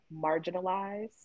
marginalized